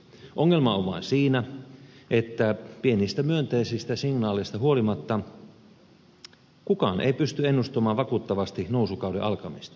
ongelma on vain siinä että pienistä myönteisistä signaaleista huolimatta kukaan ei pysty ennustamaan vakuuttavasti nousukauden alkamista